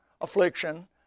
affliction